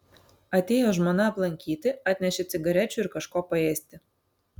atėjo žmona aplankyti atnešė cigarečių ir kažko paėsti